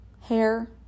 hair